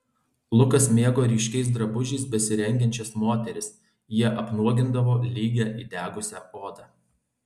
lukas mėgo ryškiais drabužiais besirengiančias moteris jie apnuogindavo lygią įdegusią odą